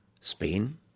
Spain